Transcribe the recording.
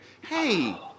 hey